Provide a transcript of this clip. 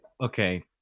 okay